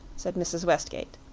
said mrs. westgate.